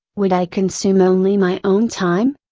would i consume only my own time?